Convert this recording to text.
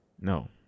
No